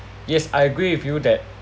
yes I agree with you that